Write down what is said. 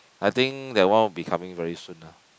I think that one will be coming very soon lah